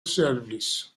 service